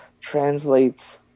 translates